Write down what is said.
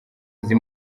izi